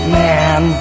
man